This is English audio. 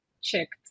checked